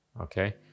Okay